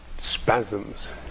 spasms